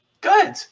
Good